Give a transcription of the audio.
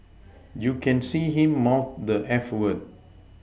you can see him mouth the eff word